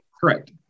Correct